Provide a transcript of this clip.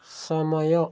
ସମୟ